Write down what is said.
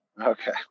Okay